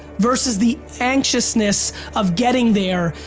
versus the anxiousness of getting there.